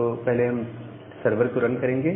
तो पहले हम सर्वर को रन करेंगे